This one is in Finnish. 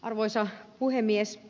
arvoisa puhemies